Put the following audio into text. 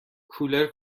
کولر